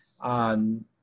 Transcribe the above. on